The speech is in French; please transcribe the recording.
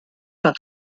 par